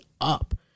up